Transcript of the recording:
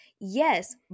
Yes